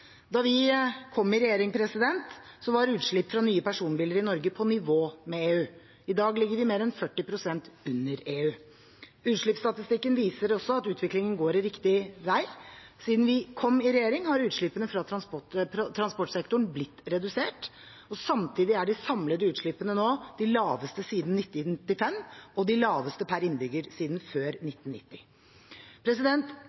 Da vi kom i regjering, var utslipp fra nye personbiler i Norge på nivå med EU, i dag ligger vi mer enn 40 pst. under EU. Utslippsstatistikken viser også at utviklingen går riktig vei. Siden vi kom i regjering, har utslippene fra transportsektoren blitt redusert. Samtidig er de samlede utslippene nå de laveste siden 1995 og de laveste per innbygger siden før